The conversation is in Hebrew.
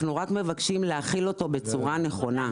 אנחנו רק מבקשים להחיל אותו בצורה נכונה.